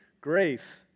Grace